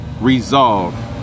resolve